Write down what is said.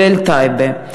כולל טייבה.